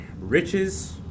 riches